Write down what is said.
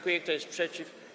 Kto jest przeciw?